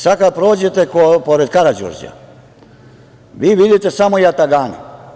Sada kada prođete pored Karađorđa vi vidite samo jatagane.